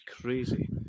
crazy